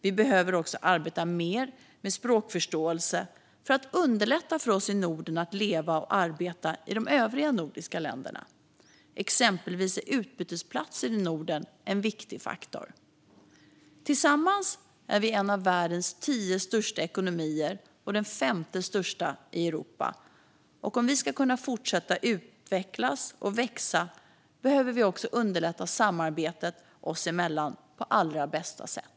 Vi behöver också arbeta mer med språkförståelse för att underlätta för oss i Norden att leva och arbeta i de övriga nordiska länderna. Exempelvis är utbytesplatser i Norden en viktig faktor. Tillsammans är vi en av världens tio största ekonomier och den femte största i Europa. Om vi ska kunna fortsätta att utvecklas och växa behöver vi också underlätta samarbetet oss emellan på allra bästa sätt.